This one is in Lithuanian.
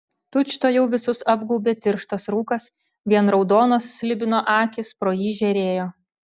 tučtuojau visus apgaubė tirštas rūkas vien raudonos slibino akys pro jį žėrėjo